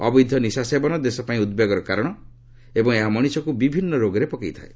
ଅବୈଧ ନିଶାସେବନ ଦେଶ ପାଇଁ ଉଦ୍ବେଗର କାରଣ ଏବଂ ଏହା ମଣିଷକ୍ତ ବିଭିନ୍ନ ରୋଗରେ ପକାଇଥାଏ